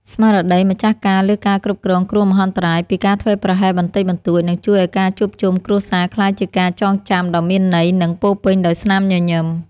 ស្មារតីម្ចាស់ការលើការគ្រប់គ្រងគ្រោះមហន្តរាយពីការធ្វេសប្រហែសបន្តិចបន្តួចនឹងជួយឱ្យការជួបជុំគ្រួសារក្លាយជាការចងចាំដ៏មានន័យ និងពោរពេញដោយស្នាមញញឹម។